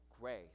grace